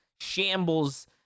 shambles